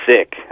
sick